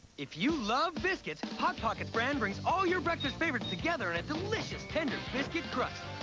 if you love biscuits, hot pockets brand brings all your breakfast favorites together and delicious tender biscuit crust.